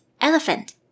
elephant